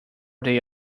they